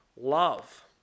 love